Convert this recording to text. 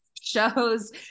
shows